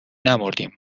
نمردیم